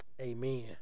amen